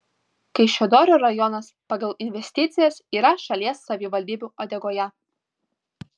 kaišiadorių rajonas pagal investicijas yra šalies savivaldybių uodegoje